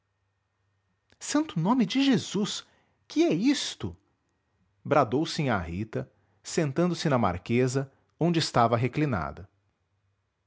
santo nome de jesus que é isto bradou sinhá rita sentando-se na marquesa onde estava reclinada